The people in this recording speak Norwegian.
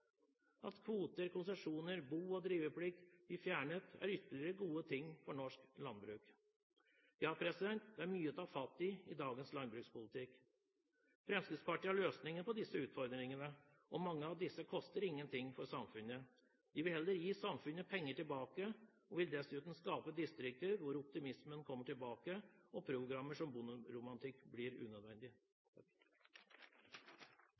At kvoter og konsesjoner, bo- og driveplikt blir fjernet, er ytterligere gode ting for norsk landbruk. Ja, det er mye å ta fatt i i dagens landbrukspolitikk. Fremskrittspartiet har løsningen på disse utfordringene, og mange av disse koster ingen ting for samfunnet. De vil heller gi samfunnet penger tilbake. De vil dessuten skape distrikter hvor optimismen kommer tilbake, og programmer som Bonderomantikk blir unødvendig.